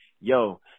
Yo